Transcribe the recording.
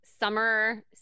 summer